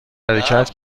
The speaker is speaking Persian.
حرکت